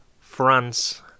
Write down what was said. France